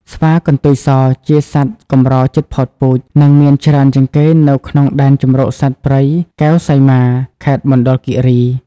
ស្វាកន្ទុយសជាសត្វកម្រជិតផុតពូជ និងមានច្រើនជាងគេនៅក្នុងដែនជម្រកសត្វព្រៃកែវសីមា ខេត្តមណ្ឌលគិរី។